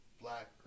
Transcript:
black